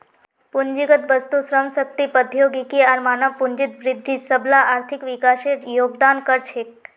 पूंजीगत वस्तु, श्रम शक्ति, प्रौद्योगिकी आर मानव पूंजीत वृद्धि सबला आर्थिक विकासत योगदान कर छेक